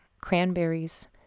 cranberries